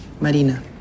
Marina